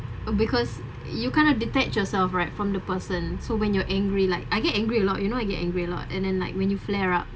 oh because you kind of detach yourself right from the person so when you're angry like I get angry a lot you know you get angry a lot and then like when you flare-up